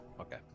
okay